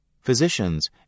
Physicians